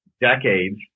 decades